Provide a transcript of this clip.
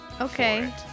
Okay